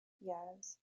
years